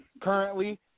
currently